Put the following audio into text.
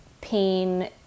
pain